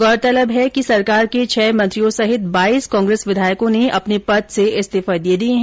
गौरतलब है कि सरकार के छह मंत्रियों सहित बाईस कांग्रेस विधायकों ने अपने पद से इस्तीफे दे दिए हैं